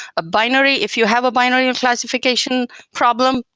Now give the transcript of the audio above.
a binary. if you have a binary classification problem,